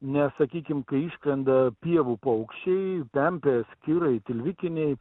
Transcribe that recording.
nes sakykim kai išskrenda pievų paukščiai pempės kirai tilvikiniai